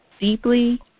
deeply